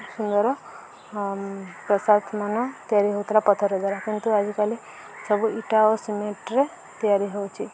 ସୁନ୍ଦର ପ୍ରସାଦମାନ ତିଆରି ହେଉଥିଲା ପଥର ଦ୍ଵାରା କିନ୍ତୁ ଆଜିକାଲି ସବୁ ଇଟା ଓ ସିମେଣ୍ଟରେ ତିଆରି ହେଉଛି